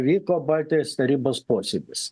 vyko baltijos tarybos posėdis